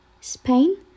Spain